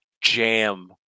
jam